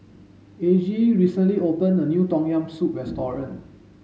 Aggie recently opened a new tom yam soup restaurant